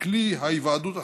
כלי ההיוועדות החזותית,